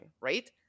right